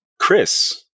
Chris